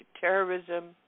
terrorism